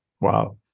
Wow